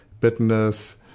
bitterness